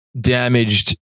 damaged